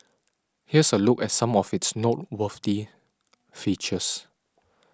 here's a look at some of its noteworthy features